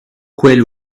quel